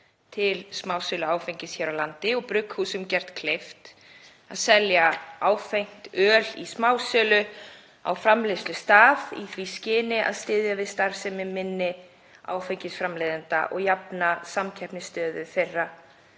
til smásölu áfengis hér á landi og brugghúsum gert kleift að selja áfengt öl í smásölu á framleiðslustað í því skyni að styðja við starfsemi minni áfengisframleiðanda og jafna samkeppnisstöðu þeirra